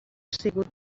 sigut